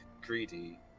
greedy